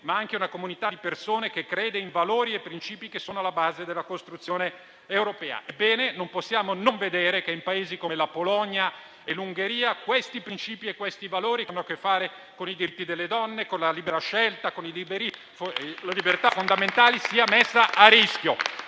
ma è anche una comunità di persone che crede in valori e principi che sono alla base della costruzione europea. Ebbene, non possiamo non vedere che in Paesi come la Polonia e l'Ungheria questi principi e questi valori che hanno a che fare con i diritti delle donne, con la libera scelta, con le libertà fondamentali sia messa a rischio.